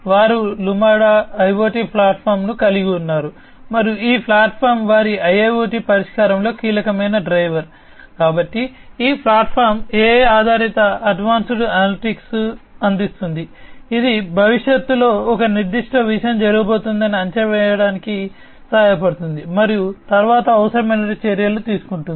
వారు లుమాడా అందిస్తుంది ఇది భవిష్యత్తులో ఒక నిర్దిష్ట విషయం జరగబోతోందని అంచనా వేయడానికి సహాయపడుతుంది మరియు తరువాత అవసరమైన చర్యలు తీసుకుంటుంది